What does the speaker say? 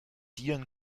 dielen